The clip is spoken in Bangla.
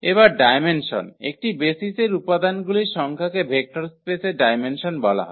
এবার ডায়মেনসন একটি বেসিসের উপাদানগুলির সংখ্যাকে ভেক্টর স্পেসের ডায়মেনসন বলা হয়